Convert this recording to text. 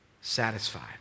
satisfied